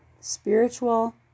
spiritual